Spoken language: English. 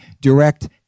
direct